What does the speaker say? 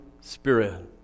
spirit